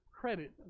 credit